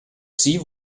sie